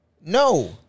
No